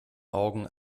augen